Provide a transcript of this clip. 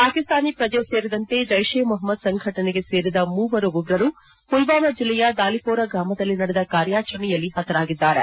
ಪಾಕಿಸ್ತಾನಿ ಪ್ರಜೆ ಸೇರಿದಂತೆ ಜೈಷ್ ಎ ಮೊಪಮದ್ ಸಂಘಟನೆಗೆ ಸೇರಿದ ಮೂವರು ಉಗ್ರರು ಮಲ್ವಾಮ ಜಿಲ್ಲೆಯ ದಾಲಿಹೋರಾ ಗ್ರಾಮದಲ್ಲಿ ನಡೆದ ಕಾರ್ಯಾಚರಣೆಯಲ್ಲಿ ಹತರಾಗಿದ್ದಾರೆ